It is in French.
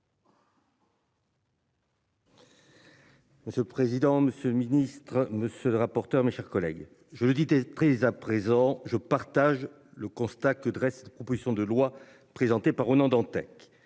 Monsieur le président de ce ministre ne se de rapporteurs, mes chers collègues, je le dis es prise à présent je partage le constat que dresse cette proposition de loi présentée par Ronan Dantec.